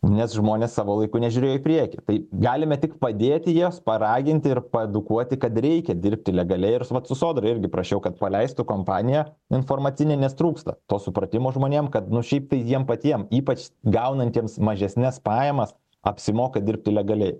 nes žmonės savo laiku nežiūrėjo į priekį tai galime tik padėti jas paraginti ir paedukuoti kad reikia dirbti legaliai ir vat su sodra irgi prašiau kad paleistų kompaniją informacinę nes trūksta to supratimo žmonėm kad nu šiaip tai jiem patiems ypač gaunantiems mažesnes pajamas apsimoka dirbti legaliai